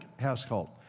household